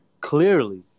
clearly